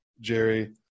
Jerry